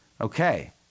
Okay